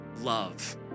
love